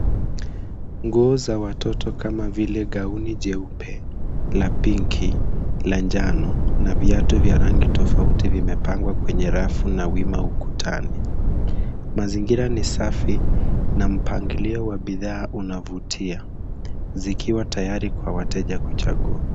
Nguo za watoto kama vile gauni jeupe, la pinki, la njano na viatu vya rangi tofauti vimepangwa kwenye rafu na wima ukutani. Mazingira ni safi na mpangilio wa bidhaa unavutia, zikiwa tayari kwa wateja kuchagua.